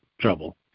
trouble